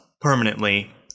permanently